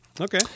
okay